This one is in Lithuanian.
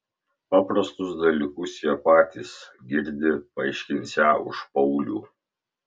paprastus dalykus jie patys girdi paaiškinsią už paulių